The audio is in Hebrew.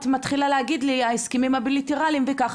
את מתחילה להגיד לי "ההסכמים הבילטראליים וככה".